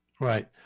Right